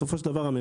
בסופו של הממשלה,